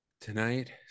Tonight